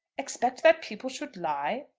expect that people should lie?